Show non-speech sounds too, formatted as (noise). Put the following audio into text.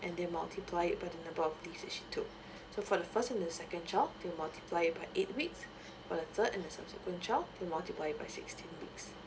and they multiply it by the number of leaves as she to so for the first and the second job they will multiply it by eight weeks (breath) for the third and the subsequent child they multiply it by sixteen weeks